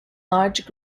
large